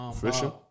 Fishing